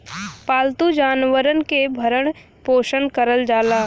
पालतू जानवरन के भरण पोसन करल जाला